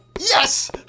Yes